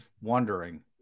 wondering